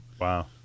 Wow